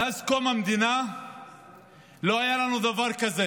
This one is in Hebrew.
מאז קום המדינה לא היה לנו דבר כזה